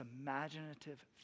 imaginative